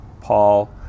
Paul